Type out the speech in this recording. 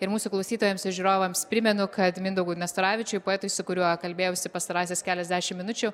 ir mūsų klausytojams ir žiūrovams primenu kad mindaugui nastaravičiui poetui su kuriuo kalbėjausi pastarąsias keliasdešimt minučių